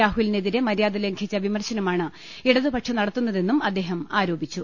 രാഹുലിനെതിരെ മര്യാദ ലംഘിച്ചു വിമർശ നമാണ് ഇടതുപക്ഷം നടത്തുന്നതെന്നും അദ്ദേഹം ആരോപിച്ചു